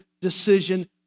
decision